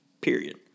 period